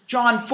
John